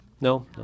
No